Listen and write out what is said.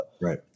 Right